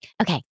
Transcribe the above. okay